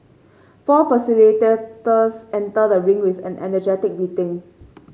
four facilitators enter the ring with an energetic greeting